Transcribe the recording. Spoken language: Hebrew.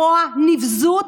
רוע נבזות,